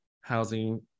housing